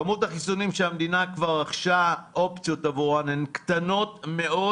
כמות החיסונים שהמדינה כבר רכשה אופציות עבורם היא קטנה מאוד